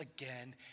again